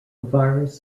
virus